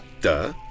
Duh